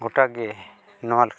ᱜᱚᱴᱟᱜᱮ ᱱᱚᱣᱟ